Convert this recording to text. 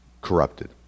corrupted